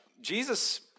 Jesus